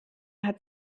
hat